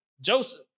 Joseph